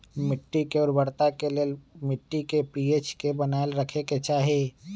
मिट्टी के उर्वरता के लेल मिट्टी के पी.एच के बनाएल रखे के चाहि